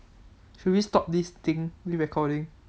should we stop this thing this recording